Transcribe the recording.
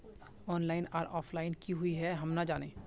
Online आर offline की हुई है हम ना जाने?